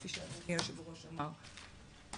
כפי שאדוני היושב-ראש אמר.